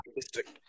district